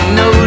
no